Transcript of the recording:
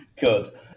good